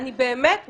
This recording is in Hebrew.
האם זו